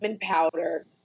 powder